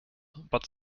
but